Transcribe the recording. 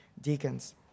deacons